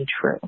true